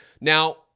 Now